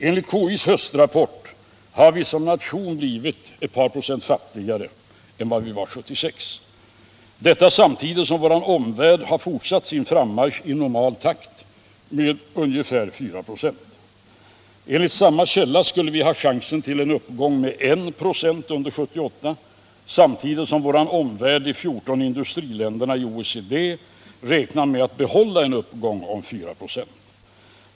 Enligt konjunkturinstitutets höstrapport har vi som nation blivit ett par procent fattigare än vad vi var 1976, samtidigt som vår omvärld fortsatt sin frammarsch i normal takt med ca 4 96. Enligt samma källa skulle vi ha chansen till en uppgång med 196 under 1978 samtidigt som vår omvärld, de 14 industriländerna i OECD, räknar med att bibehålla en uppgång med 4 96.